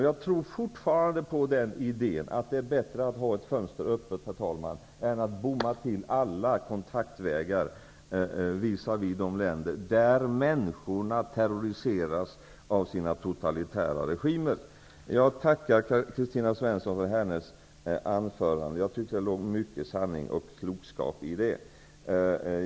Jag tror fortfarande, herr talman, på idén att det är bättre att ha ett fönster öppet än att bomma till alla kontaktvägar mot de länder där människorna terroriseras av sina totalitära regimer. Jag tackar Kristina Svensson för hennes anförande. Jag tyckte att det låg mycket av sanning och klokskap i det.